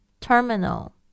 Terminal